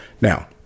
Now